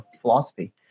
philosophy